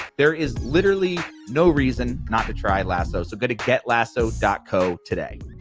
there is literally no reason not to try lasso. so go to getlasso co today.